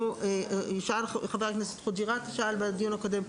חבר הכנסת חוג'יראת שאל בדיון הקודם,